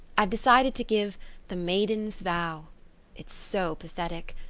i've decided to give the maiden's vow it's so pathetic.